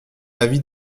avis